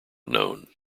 known